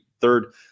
third